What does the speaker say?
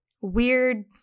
weird